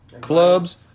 clubs